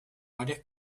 varias